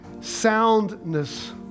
soundness